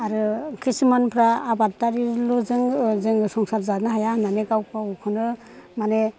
आरो खिसुमानफ्रा आबादारि जोंल' संसार जानो हाया होननानै गाव गावखौनो माने